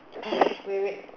wait wait